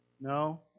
No